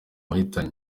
wahitanye